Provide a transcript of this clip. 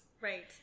Right